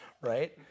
right